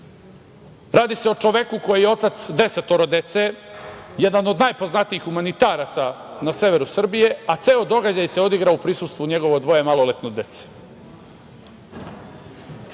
Radi se o čoveku koji je otac desetoro dece, jedan od najpoznatijih humanitaraca na severu Srbije, a ceo događaj se odigrao u prisustvu njegovo dvoje maloletne dece. Da